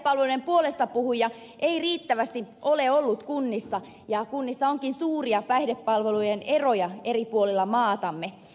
päihdepalveluiden puolestapuhujia ei riittävästi ole ollut kunnissa ja kunnissa onkin suuria päihdepalvelujen eroja eri puolilla maatamme